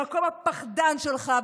למקום הפחדני שלך.